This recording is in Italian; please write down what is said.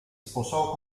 sposò